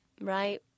Right